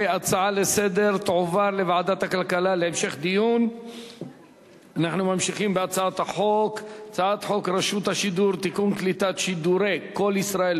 ההצעה להפוך את הצעת חוק לתיקון פקודת התעבורה (איסור הסעת